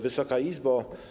Wysoka Izbo!